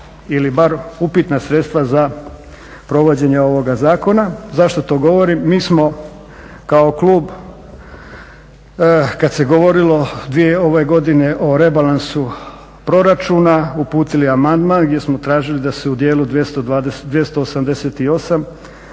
ili bar upitna sredstva za provođenje ovoga zakona. Zašto to govorim? Mi smo kao klub kada se govorilo ove godine o rebalansu proračuna uputili amandman gdje smo tražili da se u dijelu 228.